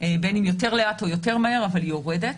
בין אם יותר לאט או יותר מהר אבל היא יורדת,